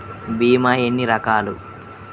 భీమ ఎన్ని రకాలు?